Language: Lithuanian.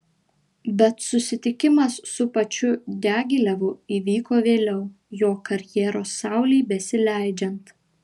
bet susitikimas su pačiu diagilevu įvyko vėliau jo karjeros saulei besileidžiant